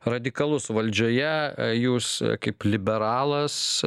radikalus valdžioje jūs kaip liberalas